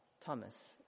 Thomas